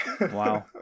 Wow